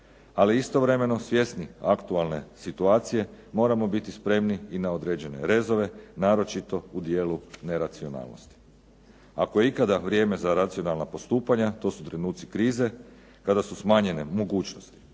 Ali istovremeno svjesni aktualne situacije moramo biti spremni i na određene rezove, naročito u dijelu neracionalnosti. Ako je ikada vrijeme za racionalna postupanja to su trenuci krize kada su smanjene mogućnosti.